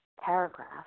paragraph